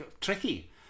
tricky